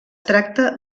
tracta